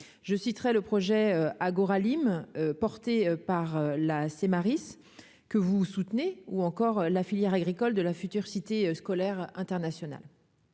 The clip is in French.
je citerai le projet Agora Lim, portée par la C. Maris que vous soutenez ou encore la filière agricole de la future Cité scolaire internationale.